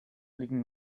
liegen